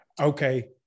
okay